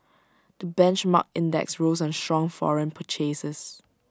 the benchmark index rose on strong foreign purchases